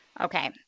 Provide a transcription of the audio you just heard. Okay